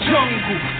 Jungle